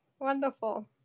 wonderful